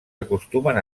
acostumen